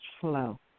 flow